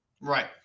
Right